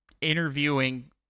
interviewing